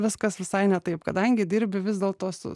viskas visai ne taip kadangi dirbi vis dėlto su